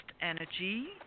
energy